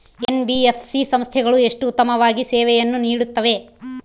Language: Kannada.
ಎನ್.ಬಿ.ಎಫ್.ಸಿ ಸಂಸ್ಥೆಗಳು ಎಷ್ಟು ಉತ್ತಮವಾಗಿ ಸೇವೆಯನ್ನು ನೇಡುತ್ತವೆ?